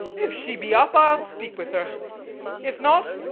if she be up, i'll speak with her if not,